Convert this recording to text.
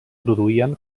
produïen